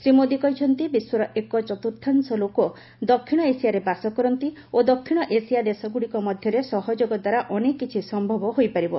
ଶୀ ମୋଦୀ କହିଛନ୍ତି ବିଶ୍ୱର ଏକଚତ୍ରର୍ଥାଂଶ ଲୋକ ଦକ୍ଷିଣ ଏସିଆରେ ବାସ କରନ୍ତି ଓ ଦକ୍ଷିଣ ଏସିଆ ଦେଶଗ୍ରଡ଼ିକ ମଧ୍ୟରେ ସହଯୋଗ ଦ୍ୱାରା ଅନେକ କିଛି ସମ୍ଭବ ହୋଇପାରିବ